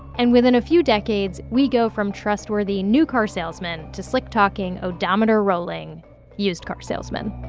and within a few decades, we go from trustworthy new car salesmen to slick-talking, odometer-rolling used car salesmen.